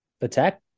attack